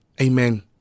Amen